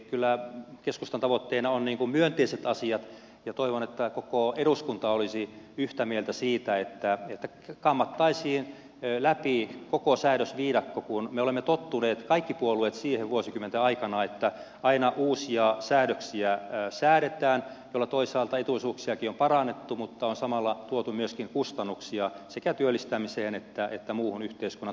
kyllä keskustan tavoitteena ovat myönteiset asiat ja toivon että koko eduskunta olisi yhtä mieltä siitä että kammattaisiin läpi koko säädösviidakko kun me kaikki puolueet olemme tottuneet vuosikymmenten aikana siihen että säädetään aina uusia säädöksiä joilla toisaalta etuisuuksiakin on parannettu mutta on samalla tuotu myöskin kustannuksia sekä työllistämiseen että muuhun yhteiskunnan toimintaan